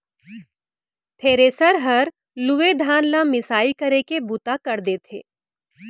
thresher हर लूए धान ल मिसाई करे के बूता कर देथे